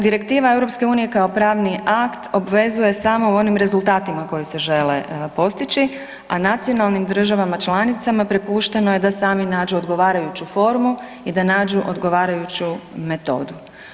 Direktiva EU kao pravni akt obvezuje samo u onim rezultatima koji se žele postići, a nacionalnim državama članicama prepušteno je da sami nađu odgovarajuću formu i da nađu odgovarajuću metodu.